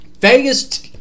Vegas